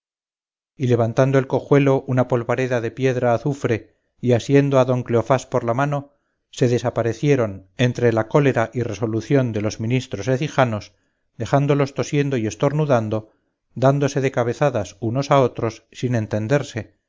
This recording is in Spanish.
y levantando el cojuelo una polvareda de piedra azufre y asiendo a don cleofás por la mano se desaparecieron entre la cólera y resolución de los ministros ecijanos dejándolos tosiendo y estornudando dándose de cabezadas unos a otros sin entenderse